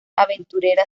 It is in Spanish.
aventurera